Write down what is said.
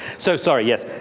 so sorry. yes.